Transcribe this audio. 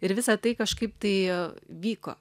ir visa tai kažkaip tai vyko